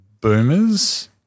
boomers